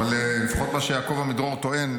לפחות מה שיעקב עמידרור טוען,